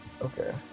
okay